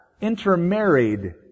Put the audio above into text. intermarried